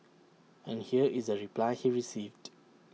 and here is the reply he received